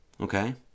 okay